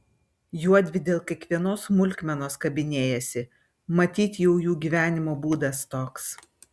juodvi dėl kiekvienos smulkmenos kabinėjasi matyt jau jų gyvenimo būdas toks